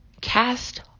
cast